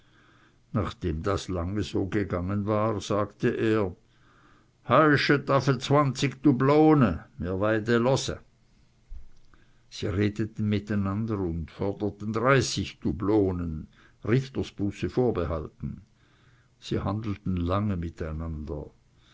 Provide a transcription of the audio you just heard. nachdem das lange so gegangen war sagte er heu zwanzig dublone mr wei de lose sie redeten mit einander und forderten dreißig dublonen richters buße vorbehalten sie handelten lange mit